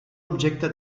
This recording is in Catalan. objecte